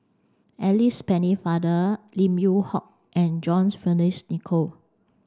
Alice Pennefather Lim Yew Hock and John Fearns Nicoll